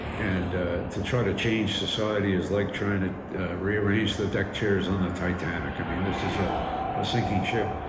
and ah to try to change society is like trying to rearrange the deck chairs on the titanic. i mean, this is a ah sinking ship.